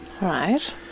Right